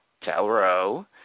Talro